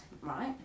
right